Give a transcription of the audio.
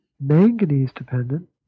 manganese-dependent